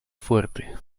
fuerte